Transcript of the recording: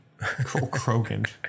Krogan